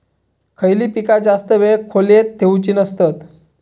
खयली पीका जास्त वेळ खोल्येत ठेवूचे नसतत?